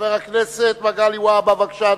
חבר הכנסת מגלי והבה, בבקשה,